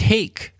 Take